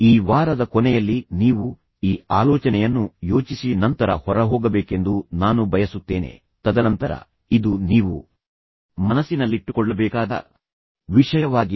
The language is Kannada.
ಈ ವಾರದ ಕೊನೆಯಲ್ಲಿ ನೀವು ಈ ಆಲೋಚನೆಯನ್ನು ಯೋಚಿಸಿ ನಂತರ ಹೊರಹೋಗಬೇಕೆಂದು ನಾನು ಬಯಸುತ್ತೇನೆ ತದನಂತರ ಇದು ನೀವು ಮನಸ್ಸಿನಲ್ಲಿಟ್ಟುಕೊಳ್ಳಬೇಕಾದ ವಿಷಯವಾಗಿದೆ